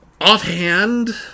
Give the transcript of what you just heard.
offhand